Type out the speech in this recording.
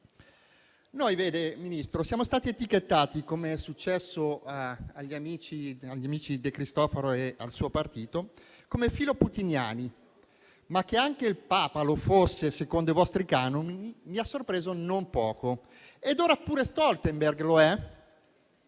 Signor Ministro, noi siamo stati etichettati - come è successo agli amici come De Cristofaro e al suo partito - come filoputiniani. Ma che anche il Papa lo fosse, secondo i vostri canoni, mi ha sorpreso non poco. Ora pure Stoltenberg lo è?